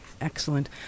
Excellent